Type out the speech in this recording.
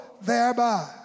thereby